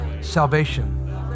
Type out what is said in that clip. salvation